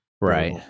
right